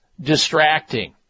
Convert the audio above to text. distracting